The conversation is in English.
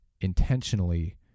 intentionally